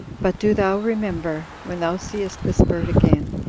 but do thou remember, when thou seest this bird again,